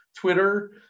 Twitter